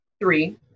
Three